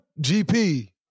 GP